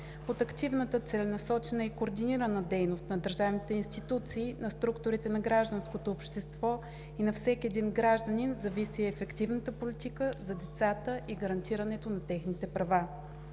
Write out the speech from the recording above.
Под активната целенасочена и координирана дейност на държавните институции, на структурите на гражданското общество и на всеки един гражданин зависи ефективната политика за децата и гарантирането на техните права.